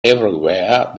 everywhere